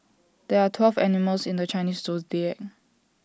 there are twelve animals in the Chinese Zodiac